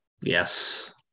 Yes